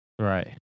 Right